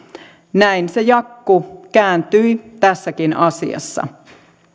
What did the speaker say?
näin se jakku kääntyi tässäkin asiassa